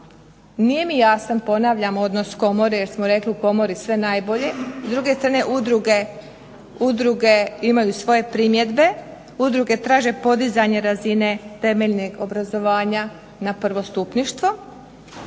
nije mi jasan ponavljam odnos komore, jer smo rekli o Komori sve najbolje, s druge strane udruge imaju svoje primjedbe, Udruge traže podizanje razine temeljnog obrazovanja na prvostupništvo